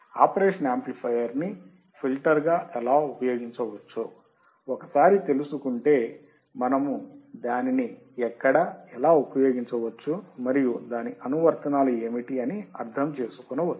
operational amplifier ని filter గా ఎలా ఉపయోగించవచ్చో ఒకసారి తెలుసుకుంటే మనము దానిని ఎక్కడ ఎలా ఉపయోగించవచ్చు మరియు దాని అనువర్తనాలు ఏమిటి అని అర్ధము చేసుకోవచ్చు